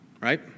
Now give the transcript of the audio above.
right